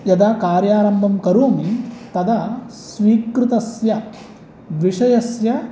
यदा कार्यारम्भं करोमि तदा स्वीकृतस्य विषयस्य